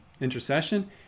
intercession